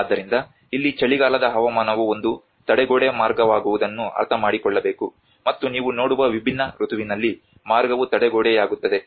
ಆದ್ದರಿಂದ ಇಲ್ಲಿ ಚಳಿಗಾಲದ ಹವಾಮಾನವು ಒಂದು ತಡೆಗೋಡೆ ಮಾರ್ಗವಾಗುವುದನ್ನು ಅರ್ಥಮಾಡಿಕೊಳ್ಳಬೇಕು ಮತ್ತು ನೀವು ನೋಡುವ ವಿಭಿನ್ನ ಋತುವಿನಲ್ಲಿ ಮಾರ್ಗವು ತಡೆಗೋಡೆಯಾಗುತ್ತದೆ